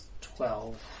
twelve